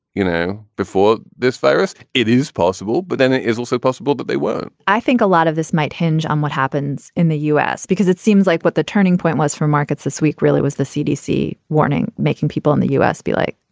you know, before this virus, it is possible but then it is also possible that they were i think a lot of this might hinge on what happens in the u s. because it seems like what the turning point was for markets this week really was the cdc warning, making people in the u s. be like,